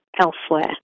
elsewhere